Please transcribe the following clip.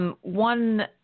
One